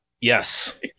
Yes